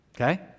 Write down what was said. okay